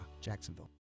Jacksonville